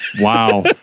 Wow